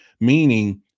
meaning